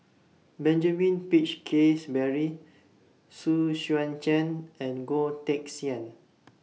Benjamin Peach Keasberry Xu Xuan Zhen and Goh Teck Sian